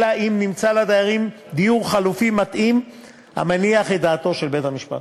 אלא אם כן נמצא לדיירים דיור חלופי מתאים המניח את דעתו של בית-המשפט,